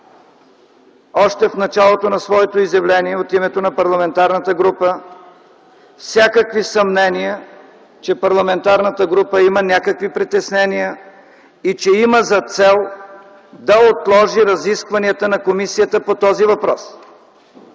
още в началото на своето изявление от името на парламентарната група, всякакви съмнения, че парламентарната група има някакви притеснения и че има за цел да отложи разискванията на комисията по този въпрос.